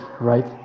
right